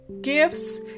gifts